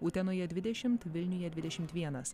utenoje dvidešimt vilniuje dvidešimt vienas